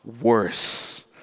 worse